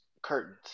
Curtains